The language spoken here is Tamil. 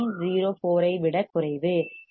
04 ஐ விடக் குறைவு 0